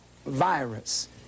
virus